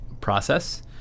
process